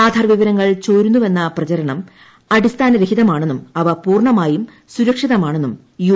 ആധാർ വിവരങ്ങൾ ചോരുന്നുവെന്ന പ്രചരണം അടിസ്ഥാനരഹിതമാണെന്നും അവ പൂർണ്ണമായും സുരക്ഷിതമാണെന്നും യു